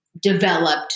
developed